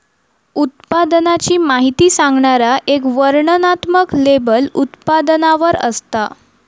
उत्पादनाची माहिती सांगणारा एक वर्णनात्मक लेबल उत्पादनावर असता